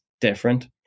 different